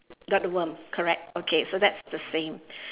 got the worm correct okay so that's the same